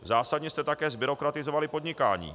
Zásadně jste také zbyrokratizovali podnikání.